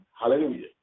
Hallelujah